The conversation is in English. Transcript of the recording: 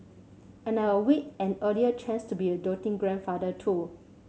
and I await an earlier chance to be a doting grandfather too